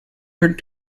heard